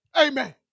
Amen